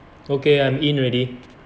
okay I'm in already